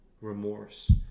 remorse